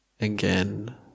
Again